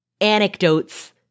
anecdotes